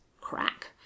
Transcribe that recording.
crack